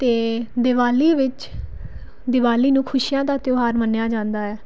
ਅਤੇ ਦੀਵਾਲੀ ਵਿੱਚ ਦੀਵਾਲੀ ਨੂੰ ਖੁਸ਼ੀਆਂ ਦਾ ਤਿਉਹਾਰ ਮੰਨਿਆ ਜਾਂਦਾ ਹੈ